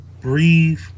breathe